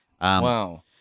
Wow